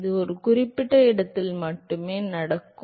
இது ஒரு குறிப்பிட்ட இடத்தில் மட்டுமே நடக்கும்